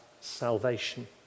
salvation